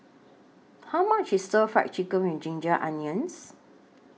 How much IS Stir Fried Chicken with Ginger Onions